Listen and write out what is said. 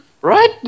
Right